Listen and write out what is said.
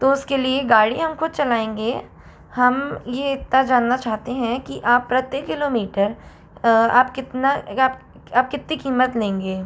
तो उसके लिए गाड़ी हम खुद चलाएंगे हम ये इतना जानना चाहते हैं कि आप प्रत्येक किलोमीटर आप कितना आप आप कितनी कीमत लेंगे